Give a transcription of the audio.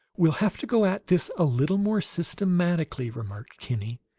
we'll have to go at this a little more systematically, remarked kinney,